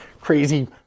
crazy